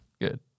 Good